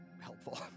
helpful